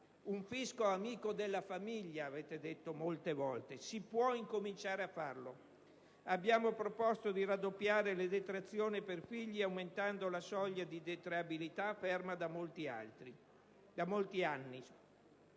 Un fisco amico della famiglia, avete detto molte volte. Si può incominciare a farlo. Abbiamo proposto dì raddoppiare le detrazioni per figli aumentando la soglia di detraibilità, ferma da molti anni.